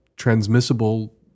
Transmissible